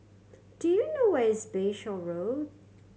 do you know where is Bayshore Road